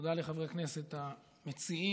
תודה לחברי הכנסת המציעים,